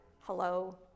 hello